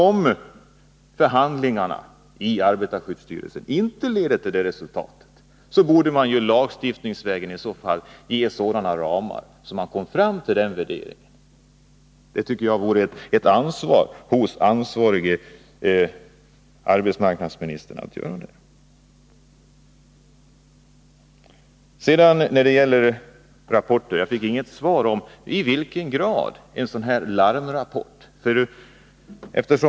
Om förhandlingarna i arbetarskyddsstyrelsen inte leder till det resultatet, borde riksdagen lagstiftningsvägen ge sådana ramar att vi kan få ett sådant gränsvärde. Det vore, tycker jag, en uppgift för den ansvarige arbetsmark nadsministern att medverka till det. 3 När det sedan gäller den senaste rapporten fick jag inget svar på frågan i vilken grad en sådan här larmrapport beaktas.